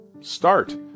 start